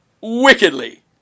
wickedly